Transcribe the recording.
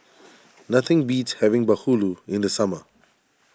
nothing beats having Bahulu in the summer